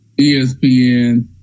ESPN